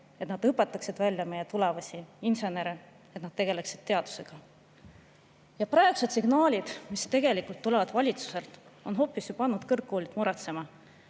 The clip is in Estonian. et nad õpetaksid välja meie tulevasi insenere, et nad tegeleksid teadusega. Praegused signaalid, mis tulevad valitsuselt, on hoopis pannud kõrgkoolid muretsema.